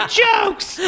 jokes